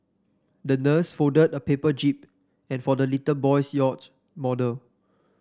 the nurse folded a paper jib and for the little boy's yacht model